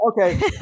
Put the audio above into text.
okay